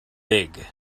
big